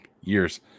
years